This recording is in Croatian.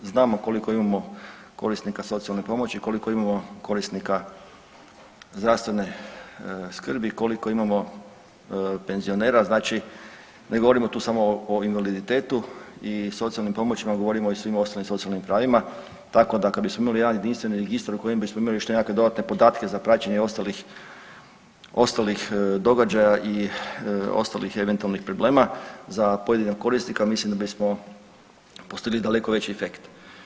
Znamo koliko imamo korisnika socijalne pomoći, koliko imamo korisnika zdravstvene skrbi, koliko imamo penzionera, znači ne govorimo tu samo o invaliditetu i socijalnim pomoći, govorimo i o svim ostalim socijalnim pravima, tako da kad bismo imali jedan jedinstveni registar u kojem bismo imali još nekakve dodatne podatke za praćenje ostalih događaja i ostalih eventualnih problema, za pojedinog korisnika, mislim da bismo postigli daleko veći efekt.